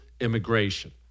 immigration